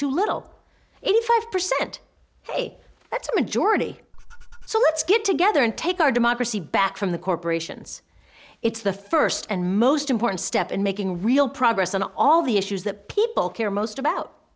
too little eighty five percent say that's a majority so let's get together and take our democracy back from the corporations it's the first and most important step in making real progress on all the issues that people care most about